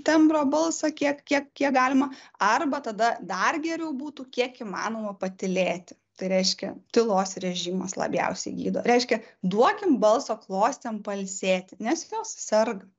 tembro balsą kiek kiek kiek galima arba tada dar geriau būtų kiek įmanoma patylėti tai reiškia tylos režimas labiausiai gydo reiškia duokim balso klostėm pailsėti nes jos serga